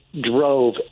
drove